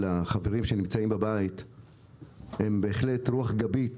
לחברים שנמצאים בבית הם בהחלט רוח גבית